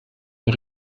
den